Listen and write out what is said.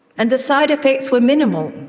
and the side effects were minimal,